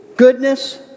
Goodness